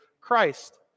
Christ